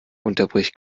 unterbricht